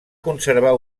conservar